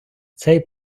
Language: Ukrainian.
цей